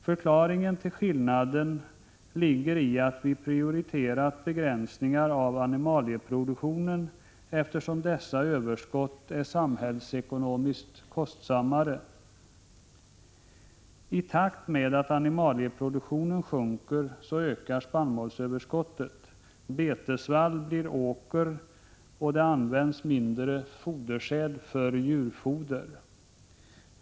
Förklaringen till skillnaden ligger i att vi prioriterat begränsningar av animalieproduktionen, eftersom dessa överskott är samhällsekonomiskt kostsammare. I takt med att animalieproduktionen minskar, ökar spannmålsöverskottet. Betesvall blir åker, och det används mindre fodersäd till djurfoder.